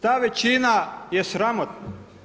Ta većina je sramotna!